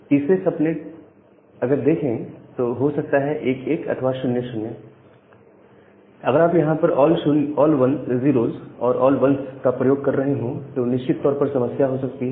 तीसरे सबनेट अगर देखें तो यह हो सकता है 11 अथवा 00 अगर आप यहां ऑल 0s और ऑल 1s का प्रयोग कर रहे हो तो निश्चित तौर पर समस्या हो सकती है